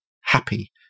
happy